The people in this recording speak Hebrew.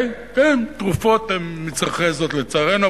כן, תרופות הן מצרכי יסוד, לצערנו.